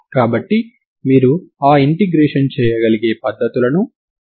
కాబట్టి మీరు మొత్తం శక్తి T